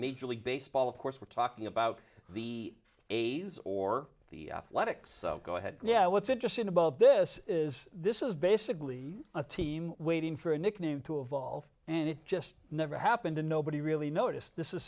major league baseball of course we're talking about the eighty's or the logic so go ahead yeah what's interesting about this is this is basically a team waiting for a nickname to evolve and it just never happened and nobody really noticed this